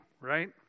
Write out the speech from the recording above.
right